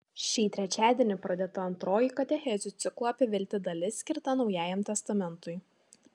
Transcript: šį trečiadienį pradėta antroji katechezių ciklo apie viltį dalis skirta naujajam testamentui